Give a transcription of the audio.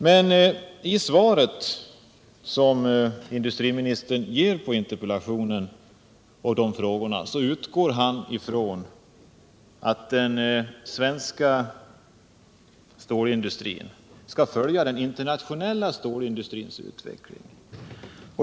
Men i svaret på frågorna i interpellationen utgår industriministern från att den svenska handelsstålsindustrin skall följa den internationella stålindustrins utveckling.